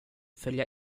följa